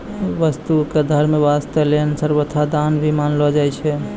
वस्तु क धर्म वास्तअ देना सर्वथा दान ही मानलो जाय छै